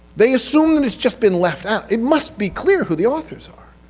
they assume that it's just been left out. it must be clear who the authors are.